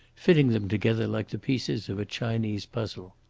fitting them together like the pieces of a chinese puzzle.